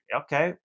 okay